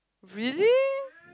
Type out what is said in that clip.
really